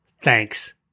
Thanks